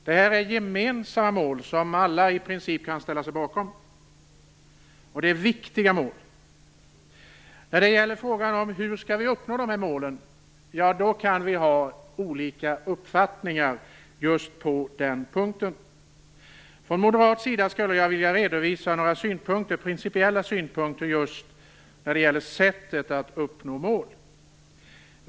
Det här är gemensamma mål, som i princip alla kan ställa sig bakom, och det är viktiga mål. När det gäller frågan om hur vi skall uppnå dessa mål kan vi ha olika uppfattningar. Från moderat sida skulle jag vilja redovisa några principiella synpunkter just när det gäller sättet att uppnå målen.